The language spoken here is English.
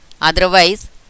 Otherwise